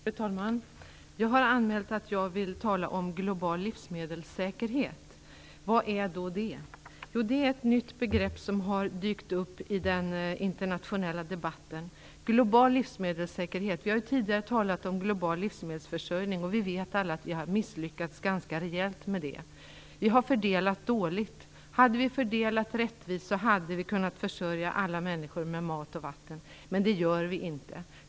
Fru talman! Jag har anmält att jag vill tala om global livsmedelssäkerhet. Vad är då det? Jo, det är ett nytt begrepp som har dykt upp i den internationella debatten. Vi har tidigare talat om global livsmedelsförsörjning, och vi vet alla att vi har misslyckats ganska rejält med den. Vi har fördelat dåligt. Om vi hade fördelat rättvist så hade vi kunnat försörja alla människor med mat och vatten. Men det gör vi inte.